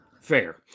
Fair